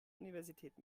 universität